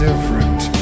different